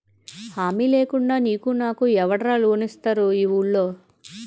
హామీ లేకుండా నీకు నాకు ఎవడురా లోన్ ఇస్తారు ఈ వూళ్ళో?